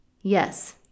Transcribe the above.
yes